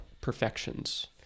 perfections